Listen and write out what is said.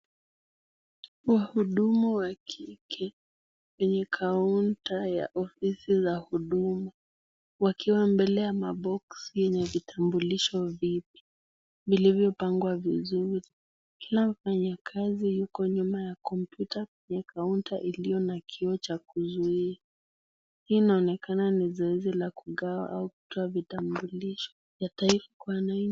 Wahudumu wa kike kwenye kaunta ya ofisi za Huduma. Wakiwa mbele ya maboksi yenye vitambulisho vingi, vilivyopangwa vizuri. Na mfanyakazi yuko nyuma ya komputa kaunta iliyo na kioo cha kuzuia. Hii inaonekana ni zoezi la kugawa au kutoa vitambulisho.